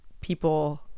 people